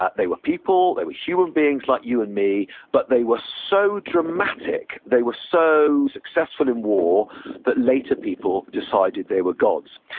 they were people. they were human beings like you and me, but they were so dramatic, they were so successful in war that later people decided they were gods.